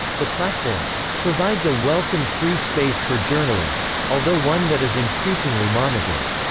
the platform provides a welcome free space for journalists, although one that is increasingly monitored,